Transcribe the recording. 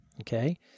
Okay